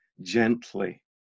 gently